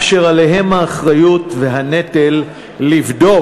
אשר עליהם האחריות והנטל לבדוק,